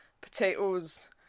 potatoes